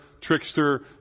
trickster